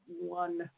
one